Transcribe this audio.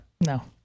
No